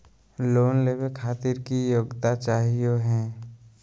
Loan लेवे खातीर की योग्यता चाहियो हे?